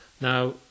Now